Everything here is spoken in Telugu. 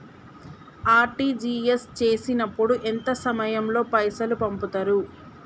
ఆర్.టి.జి.ఎస్ చేసినప్పుడు ఎంత సమయం లో పైసలు పంపుతరు?